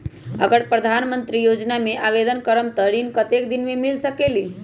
अगर प्रधानमंत्री योजना में आवेदन करम त ऋण कतेक दिन मे मिल सकेली?